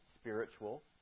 spiritual